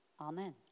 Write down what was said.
Amen